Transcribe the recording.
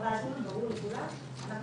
ובלבד שיש כדאיות כלכלית במיזם.